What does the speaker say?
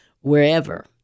wherever